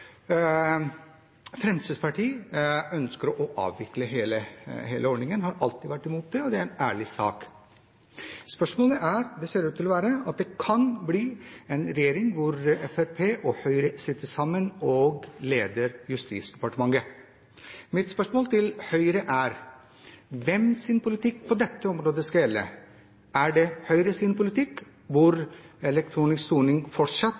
Fremskrittspartiet ønsker å avvikle hele ordningen, de har alltid vært imot det, og det er en ærlig sak. Det ser ut til at det kan bli en regjering hvor Fremskrittspartiet og Høyre sitter sammen, og når det gjelder Justisdepartementet, er mitt spørsmål til Høyre: Hvilken politikk på dette området skal gjelde, er det Høyres politikk, hvor elektronisk soning fortsatt er en del av kriminalomsorgen, eller Fremskrittspartiets politikk,